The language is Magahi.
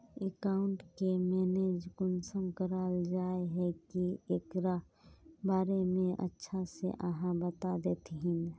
अकाउंट के मैनेज कुंसम कराल जाय है की एकरा बारे में अच्छा से आहाँ बता देतहिन?